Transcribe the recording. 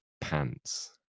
pants